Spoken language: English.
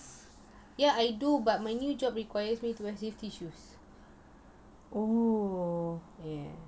yes I do but my new job requires me to wear safety shoes yes